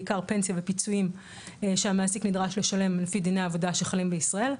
בעיקר פנסיה ופיצויים שהמעסיק נדרש לשלם לפי דיני עבודה שחלים בישראל.